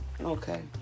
Okay